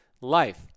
life